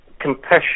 compassion